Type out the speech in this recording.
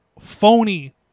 phony